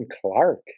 Clark